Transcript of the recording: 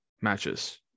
matches